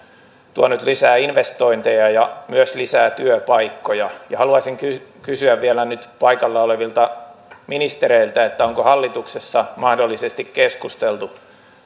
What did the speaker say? tuonut lisää investointeja ja myös lisää työpaikkoja ja haluaisin kysyä vielä nyt paikalla olevilta ministereiltä onko hallituksessa mahdollisesti keskusteltu